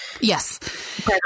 Yes